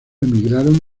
emigraron